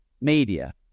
media